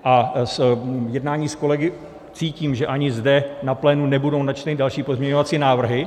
A z jednání s kolegy cítím, že ani zde na plénu nebudou načteny další pozměňovací návrhy.